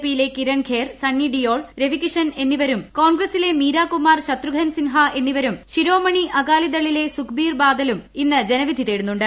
പിയിലെ കിരൺഖേർ സണ്ണിഡിയൊൾ രവികിഷൻ എന്നിവരും കോൺഗ്രസിലെ മീരാകുമാർ ശത്രുഘ്നൻ സിൻഹ എന്നിവരും ശിരോമണി അകാലിദളിലെ സ്സുഖ്ബീർ ബാദലും ഇന്ന് ജനവിധി തേടുന്നുണ്ട്